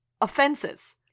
offenses